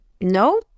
no